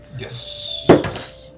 Yes